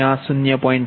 7 0